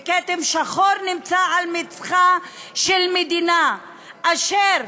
וכתם שחור נמצא על מצחה של מדינה אשר